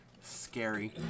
Scary